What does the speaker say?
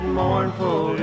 mournful